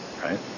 right